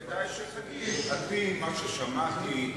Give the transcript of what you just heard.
כדאי שתגיד: על-פי מה ששמעתי,